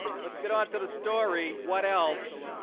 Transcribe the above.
let's get on to the story what else